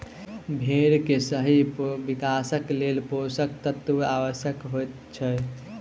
भेंड़ के सही विकासक लेल पोषण तत्वक आवश्यता होइत छै